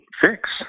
fix